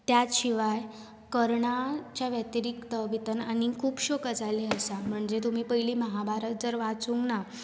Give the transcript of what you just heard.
त्याच शिवाय कर्णाच्या व्यतीरिक्त भितर आनीक खुबश्यो गजाली आसा म्हणजे तुमी पयलीं महाभारत जर वाचूंक ना